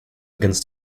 begins